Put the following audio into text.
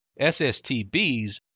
SSTBs